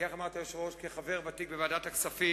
כי איך אמרת, היושב-ראש: כחבר ותיק בוועדת הכספים,